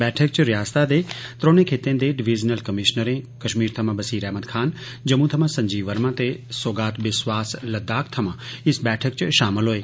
बैठक च रियास्तै दे त्रौने खित्तें दे डिवीज़नल कमीशनरें कश्मीर थमां बसीर अहमद खान जम्मू थमां संजीव वर्मा ते सौगात बिस्वास लद्दाख थमां इस बैठक च शामल होए